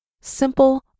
simple